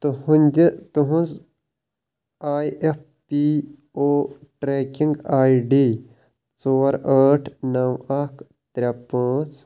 تُہٕنٛدِ تُہٕنٛزِ I F P O tracking I D ژور ٲٹھ نو اَکھ ترٛےٚ پانٛژ